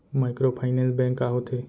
Microfinance bank का होथे?